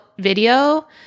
video